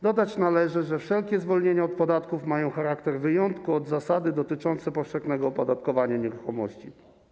Dodać należy, że wszelkie zwolnienia od podatków mają charakter wyjątku od zasady dotyczącej powszechnego opodatkowania nieruchomości.